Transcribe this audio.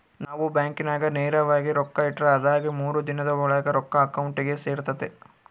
ನಾವು ಬ್ಯಾಂಕಿನಾಗ ನೇರವಾಗಿ ರೊಕ್ಕ ಇಟ್ರ ಅದಾಗಿ ಮೂರು ದಿನುದ್ ಓಳಾಗ ರೊಕ್ಕ ಅಕೌಂಟಿಗೆ ಸೇರ್ತತೆ